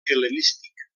hel·lenístic